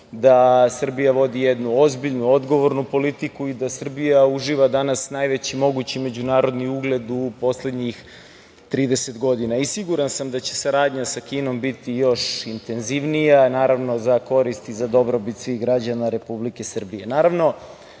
da Srbija vodi jednu ozbiljnu, odgovornu politiku i da Srbija uživa danas najveći mogući međunarodni ugled u poslednjih 30 godina. Siguran sam da će saradnja sa Kinom biti još intenzivnija, naravno za korist i za dobrobit svih građana Republike